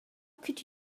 could